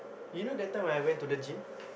you know that time when I went to gym